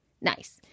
nice